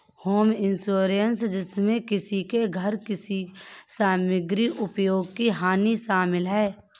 home insurance जिसमें किसी के घर इसकी सामग्री उपयोग की हानि शामिल है